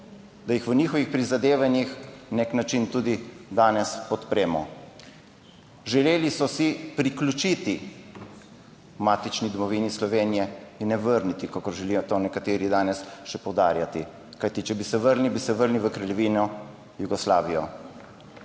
da jih v njihovih prizadevanjih na nek način tudi danes podpremo. Želeli so si priključiti matični domovini Slovenije in ne vrniti kakor želijo to nekateri danes še poudarjati, kajti če bi se vrnili, bi se vrnili v kraljevino Jugoslavijo.